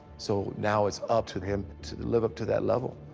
so now it's up to him to to live up to that level,